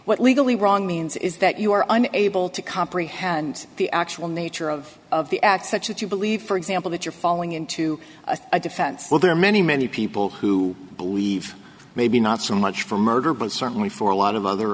what legally wrong means is that you are unable to comprehend the actual nature of of the act such that you believe for example that you're falling into a defense well there are many many people who believe maybe not so much for murder but certainly for a lot of other